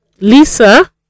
Lisa